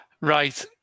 right